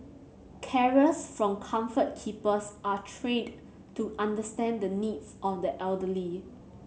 carers from Comfort Keepers are trained to understand the needs of the elderly